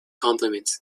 compliments